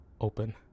open